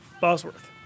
Bosworth